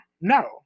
No